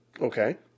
Okay